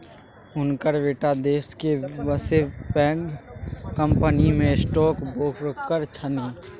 हुनकर बेटा देशक बसे पैघ कंपनीमे स्टॉक ब्रोकर छनि